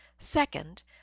Second